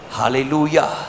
Hallelujah